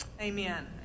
amen